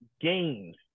games